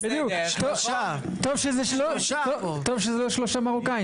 שזה שלושה מרוקאים.